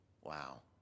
Wow